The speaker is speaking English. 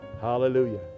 hallelujah